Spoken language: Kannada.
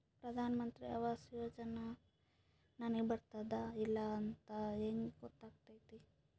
ಪ್ರಧಾನ ಮಂತ್ರಿ ಆವಾಸ್ ಯೋಜನೆ ನನಗ ಬರುತ್ತದ ಇಲ್ಲ ಅಂತ ಹೆಂಗ್ ಗೊತ್ತಾಗತೈತಿ?